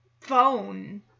phone